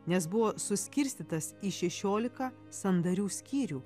nes buvo suskirstytas į šešiolika sandarių skyrių